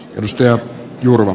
edustaja nurro